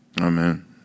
Amen